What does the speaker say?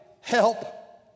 help